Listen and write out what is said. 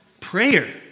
Prayer